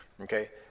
Okay